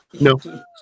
No